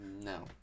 No